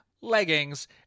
leggings